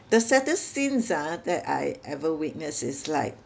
the saddest scenes ah that I ever witness is like